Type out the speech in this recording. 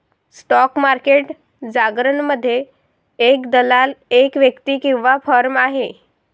stock market जारगनमध्ये, एक दलाल एक व्यक्ती किंवा फर्म आहे